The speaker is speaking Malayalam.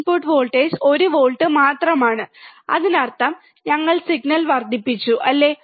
ഇൻപുട്ട് വോൾട്ടേജ് ഒരു വോൾട്ട് മാണ് അതിനർത്ഥം ഞങ്ങൾ സിഗ്നൽ വർദ്ധിപ്പിച്ചു അല്ലേ